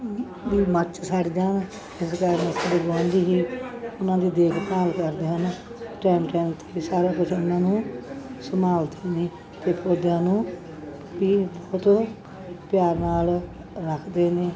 ਵੀ ਮੱਚ ਸੜ ਜਾਣ ਇਸ ਕਾਰਨ ਅਸਾਂ ਦੇ ਗੁਆਂਢੀ ਹੀ ਉਹਨਾਂ ਦੀ ਦੇਖਭਾਲ ਕਰਦੇ ਹਨ ਟੈਮ ਟੈਮ 'ਤੇ ਸਾਰਾ ਕੁਛ ਉਹਨਾਂ ਨੂੰ ਸੰਭਾਲਦੇ ਨੇ ਅਤੇ ਪੌਦਿਆਂ ਨੂੰ ਵੀ ਬਹੁਤ ਪਿਆਰ ਨਾਲ ਰੱਖਦੇ ਨੇ